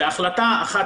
בהחלטה 1,